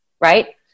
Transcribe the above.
right